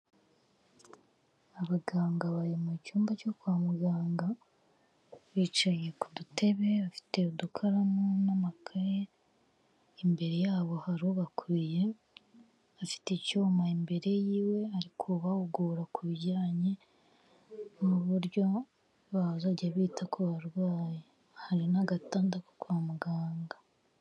Abaganga bari mu cyumba cyo kwa muganga, bicaye ku dutebe, bafite udukaramu n'amakaye, imbere yabo hari ubakubiye afite icyuma imbere yiwe ari kubahugura ku bijyanye n'uburyo bazajya bita ku barwayi, hari n'agatanda ko kwa muganga.